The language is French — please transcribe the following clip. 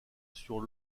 sur